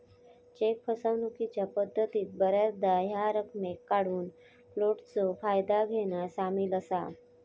check फसवणूकीच्या पद्धतीत बऱ्याचदा ह्या रकमेक काढूक फ्लोटचा फायदा घेना सामील असा